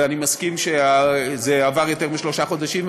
אני מסכים שעברו יותר משלושה חודשים.